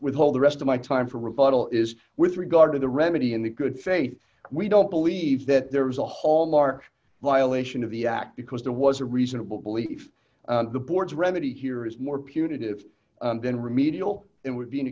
withhold the rest of my time for rebuttal is d with regard to the remedy in the good faith we don't believe that there was a whole mark violation of the act because there was a reasonable belief the board's remedy here is more punitive than remedial it would be an